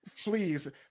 Please